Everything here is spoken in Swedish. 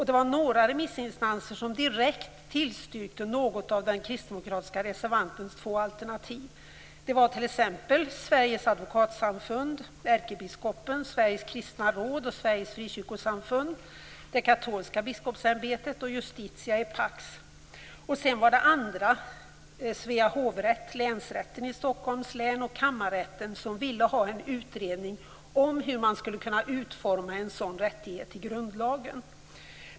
Det var några remissinstanser som direkt tillstyrkte något av den kristdemokratiska reservantens två alternativ. Det var t.ex. Sveriges advokatsamfund, ärkebiskopen, Sveriges Kristna Råd och Sveriges Frikyrkosamråd, Katolska Biskopsämbetet och Justitia et Pax. Även andra, Svea hovrätt, Länsrätten i Stockholms län och Kammarrätten, ville ha en utredning om hur man skulle kunna utforma en sådan rättighet i grundlagen.